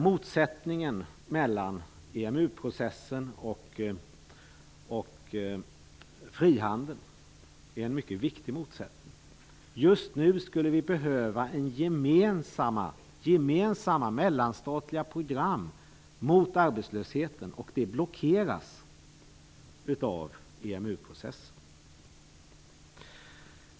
Motsättningen mellan EMU-processen och frihandeln är således en mycket viktig motsättning. Just nu skulle vi behöva gemensamma mellanstatliga program mot arbetslösheten, men de blockeras av EMU-processen.